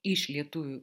iš lietuvių